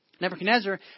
Nebuchadnezzar